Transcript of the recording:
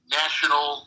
national